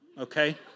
okay